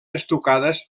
estucades